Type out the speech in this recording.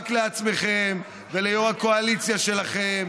רק לעצמכם וליו"ר הקואליציה שלכם,